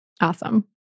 Awesome